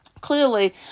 Clearly